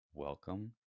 Welcome